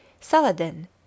Saladin